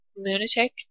Lunatic